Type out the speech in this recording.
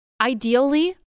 ideally